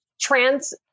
trans